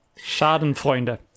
Schadenfreunde